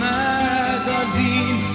magazine